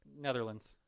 Netherlands